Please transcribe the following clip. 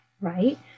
right